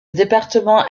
département